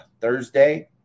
thursday